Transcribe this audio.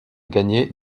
gagnée